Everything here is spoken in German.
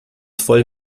voll